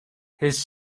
his